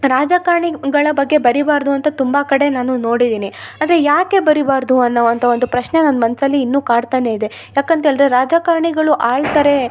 ರಾಜಕಾರಣಿಗಳ ಬಗ್ಗೆ ಬರಿಬಾರದು ಅಂತ ತುಂಬ ಕಡೆ ನಾನು ನೋಡಿದಿನಿ ಆದರೆ ಯಾಕೆ ಬರಿಬಾರದು ಅನ್ನೋ ಅಂತ ಒಂದು ಪ್ರಶ್ನೆ ನನ್ನ ಮನಸಲ್ಲಿ ಇನ್ನು ಕಾಡ್ತಾನೆ ಇದೆ ಯಾಕಂತ ಹೇಳಿದ್ರೆ ರಾಜಕಾರಣಿಗಳು ಆಳ್ತಾರೆ